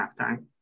Halftime